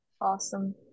awesome